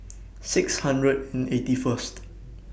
six hundred and eighty First